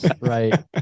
Right